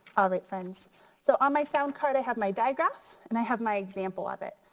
all right friends so on my sound card i have my diagraph and i have my example of it.